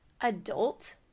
adult